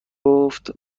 گفت